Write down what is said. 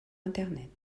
internet